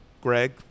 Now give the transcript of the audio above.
Greg